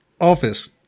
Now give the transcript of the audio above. office